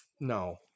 no